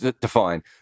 define